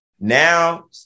Now